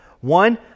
One